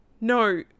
No